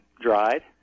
dried